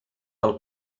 del